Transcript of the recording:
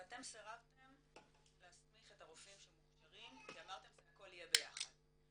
ואתם סירבתם להסמיך את הרופאים שמוכשרים כי אמרתם שזה הכל יהיה ביחד.